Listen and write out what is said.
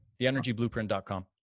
theenergyblueprint.com